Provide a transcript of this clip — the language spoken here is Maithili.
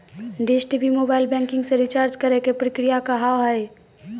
डिश टी.वी मोबाइल बैंकिंग से रिचार्ज करे के प्रक्रिया का हाव हई?